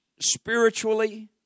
spiritually